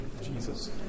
Jesus